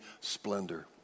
splendor